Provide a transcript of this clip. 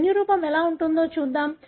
జన్యురూపం ఎలా ఉంటుందో చూద్దాం